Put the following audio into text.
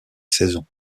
saison